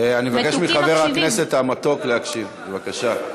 אני מבקש מחבר הכנסת המתוק להקשיב בבקשה.